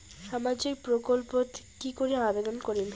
সামাজিক প্রকল্পত কি করি আবেদন করিম?